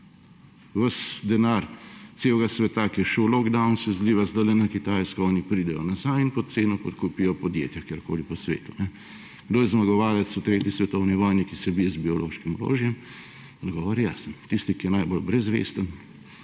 Ves denar celega sveta, ki je šel v lockdown, se zliva zdajle na Kitajsko. Oni pridejo nazaj in pod ceno odkupijo podjetja, kjerkoli po svetu. Kdo je zmagovalec v 3. svetovni vojni, ki se bije z biološkim orožjem? Odgovor je jasen; tisti, ki je najbolj brezvesten.